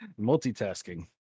Multitasking